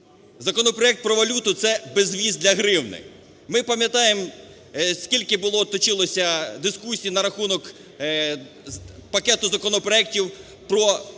Законопроект про валюту – це безвіз для гривні. Ми пам'ятаємо, скільки було, точилося дискусій на рахунок пакету законопроектів про безвіз,